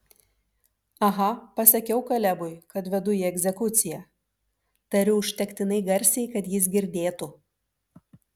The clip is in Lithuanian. aha pasakiau kalebui kad vedu į egzekuciją tariu užtektinai garsiai kad jis girdėtų